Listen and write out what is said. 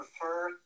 prefer